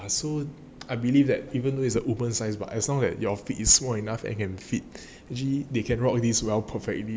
yeah so I believe that even though it's a woman size but as long as your feet is small enough that you can fit usually they can rock this well perfectly